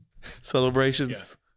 celebrations